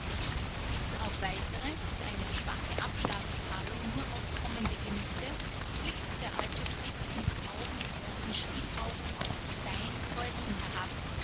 bis auf weiteres eine schwache abschlagszahlung nur auf kommende genüsse blickt der alte fritz mit grauumflorten stielaugen auf sein preußen herab